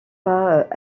pas